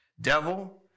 Devil